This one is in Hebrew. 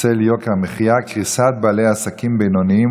בצל יוקר המחיה: קריסת בעלי עסקים בינוניים